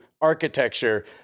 architecture